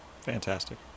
Fantastic